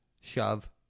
Shove